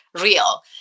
real